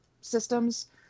systems